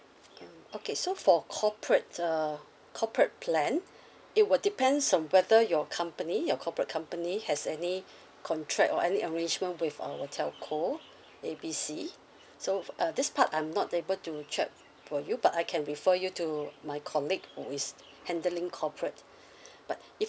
mm okay so for corporates err corporate plan it will depends on whether your company your corporate company has any contract or any arrangement with our telco A B C so uh this part I'm not able to check for you but I can refer you to my colleague who is handling corporate but